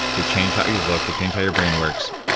to change how you look, to change how your brain works.